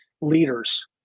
leaders